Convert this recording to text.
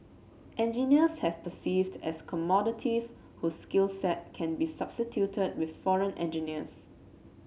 engineers have perceived as commodities whose skill set can be substituted with foreigner engineers